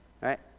right